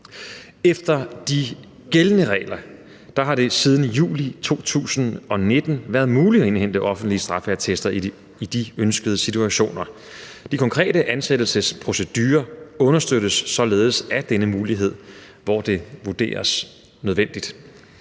Efter de gældende regler har det siden juli 2019 været muligt at indhente offentlige straffeattester i de ønskede situationer. De konkrete ansættelsesprocedurer understøttes således af denne mulighed, hvor det vurderes nødvendigt.